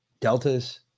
Deltas